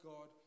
God